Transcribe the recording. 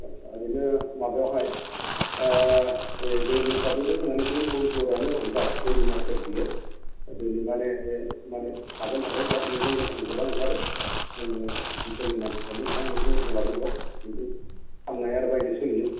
ओरैनो माबायावहाय डेलि हिसाबैथ' जोंना महनपुरआनो जाहैबाय डेलि मार्केट बियो डेलि मानि थाबायनो थाखायो बेयाव मैगं गोथां गोबां ओंखारो जोंनि ओनसोलनि मानसिफ्रानो गोबां मैगं गोथां लाबोयो बाव बिदिनो फाननाय आरो बायनाय सोलियो